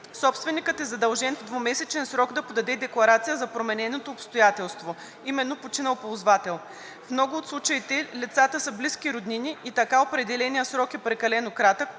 собственикът е задължен в двумесечен срок да подаде декларация за промененото обстоятелство, именно починал ползвател. В много от случаите лицата са близки роднини и така определеният срок е прекалено кратък